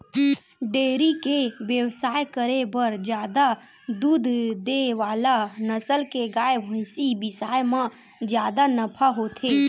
dairy के बेवसाय करे बर जादा दूद दे वाला नसल के गाय, भइसी बिसाए म जादा नफा होथे